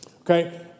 Okay